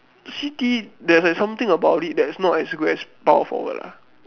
C_T there's like something about it that is like not as good as power forward ah